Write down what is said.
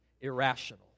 irrational